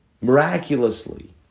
miraculously